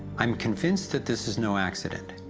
i'm convinced that this is no accident.